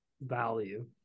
value